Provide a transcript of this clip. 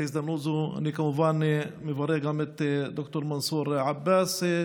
בהזדמנות זו אני כמובן מברך גם את ד"ר מנסור עבאס,